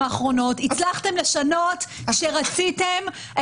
יצירת האמון הזאת לוקחת לפעמים שעה-שעתיים ולפעמים ארבע-חמש שעות,